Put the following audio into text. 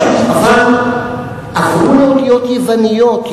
אבל עברו לאותיות יווניות.